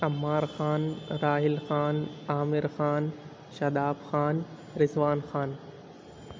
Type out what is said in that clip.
Ammar Khan Rahil Khan Aamir Khan Shadab Khan Rizwan Khan